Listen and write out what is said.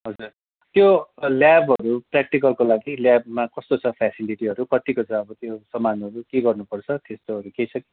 हजुर त्यो ल्याबहरू प्र्याक्टिकलको लागि ल्याबमा कस्तो छ फेसिलिटीहरू कत्तिको छ अब त्यो सामानहरू के गर्नुपर्छ त्यस्तोहरू केही छ कि